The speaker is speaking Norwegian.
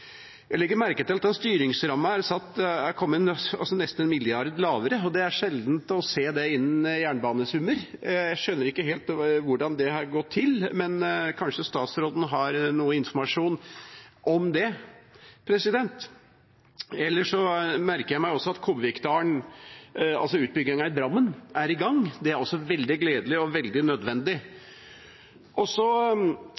Jeg legger merke til at styringsrammen er blitt nesten 1 mrd. kr lavere, og det er sjeldent å se innen jernbanesummer. Jeg skjønner ikke helt hvordan det har gått til, men kanskje statsråden har noe informasjon om det. Ellers merker jeg meg også at Kobbervikdalen, altså utbygginga i Drammen, er i gang. Det er også veldig gledelig og veldig nødvendig.